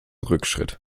rückschritt